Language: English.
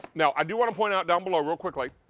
now i do want to point out down below quickly,